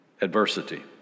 Adversity